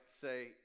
say